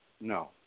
No